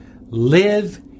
live